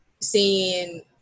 seeing